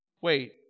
wait